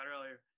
earlier